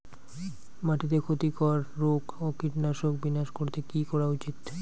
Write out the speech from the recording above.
মাটিতে ক্ষতি কর রোগ ও কীট বিনাশ করতে কি করা উচিৎ?